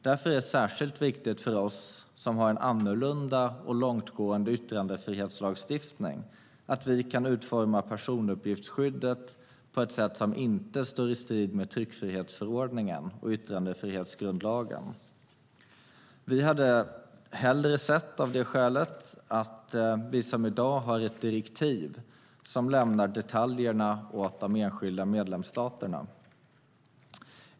Därför är det särskilt viktigt för oss som har en annorlunda och långtgående yttrandefrihetslagstiftning att kunna utforma personuppgiftsskyddet på ett sätt som inte står i strid med tryckfrihetsförordningen och yttrandefrihetsgrundlagen. Vi hade av det skälet hellre sett att vi, på samma sätt som i dag, skulle ha ett direktiv som lämnar detaljerna åt de enskilda medlemsstaterna.